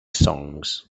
songs